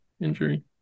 injury